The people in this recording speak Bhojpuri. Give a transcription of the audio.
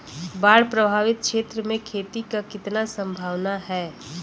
बाढ़ प्रभावित क्षेत्र में खेती क कितना सम्भावना हैं?